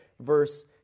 verse